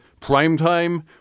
primetime